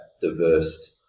diverse